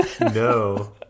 No